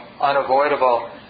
unavoidable